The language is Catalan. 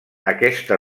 aquesta